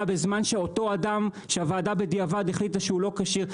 לגבי אותו אדם שהוועדה החליטה שהוא לא כשיר,